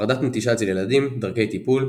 חרדת נטישה אצל ילדים דרכי טיפול,